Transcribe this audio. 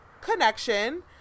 connection